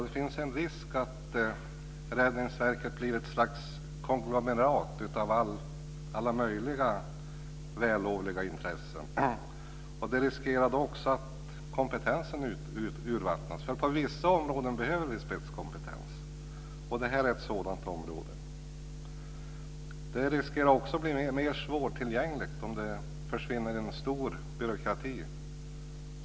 Det finns en risk att Räddningsverket blir ett slags konglomerat av alla möjliga vällovliga intressen. Risken finns då att kompetensen urvattnas. På vissa områden behöver vi spetskompetens, och detta är ett sådant område. Det finns också en risk för att det blir mer svårtillgängligt om det försvinner i en stor byråkrati.